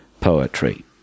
poetry